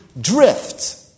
drift